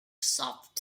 soft